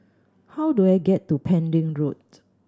how do I get to Pending Road